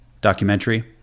documentary